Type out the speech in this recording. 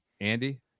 Andy